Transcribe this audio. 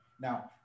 Now